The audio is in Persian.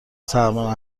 سرما